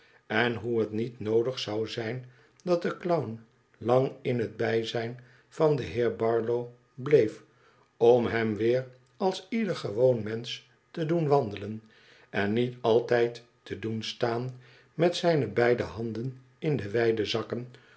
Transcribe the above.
en hoe het niet noodig zou zijn dat de clown lang in het bijzijn van den heer barlow bleef om hem weer als ieder gewoon mensch te doen wandelen en niet altijd te doen staan met zijne beide handen in de wijde zakken